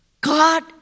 God